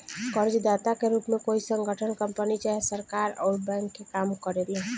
कर्जदाता के रूप में कोई संगठन, कंपनी चाहे सरकार अउर बैंक के काम करेले